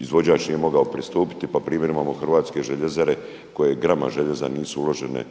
izvođač nije mogao pristupiti pa primjer imamo Hrvatske željezare koje grama željeza nisu uložene